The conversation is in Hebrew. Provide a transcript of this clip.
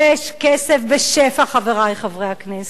יש כסף בשפע, חברי חברי הכנסת.